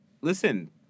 listen